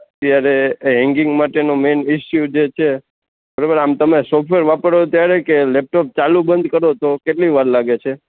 અત્યારે હેગિંગ માટેનો main issue જે છે બરોબર આમ તમે સોફ્ટવેર વાપરો કે ત્યારે કે લેપટોપ ચાલુ બંધ કરો તો કેટલી વાર લાગે છે